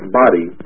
body